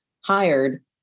hired